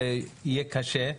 זה יהיה קשה.